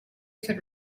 could